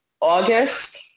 August